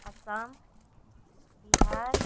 Assam Bihar